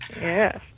Yes